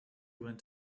went